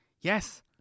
Yes